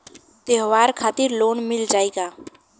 त्योहार खातिर लोन मिल जाई का?